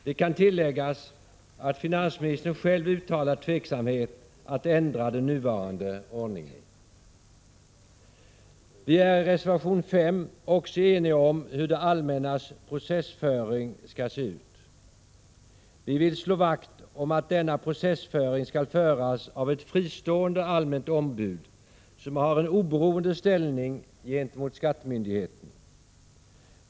Det kan tilläggas att finansministern själv har uttalat tveksamhet när det gäller att ändra den nuvarande ordningen. Också av reservation 5 framgår att vi reservanter är eniga om hur det allmännas processföring skall se ut. Vi vill slå vakt om att denna processföring skall föras av ett fristående allmänt ombud som har en oberoende ställning gentemot skattemyndigheten.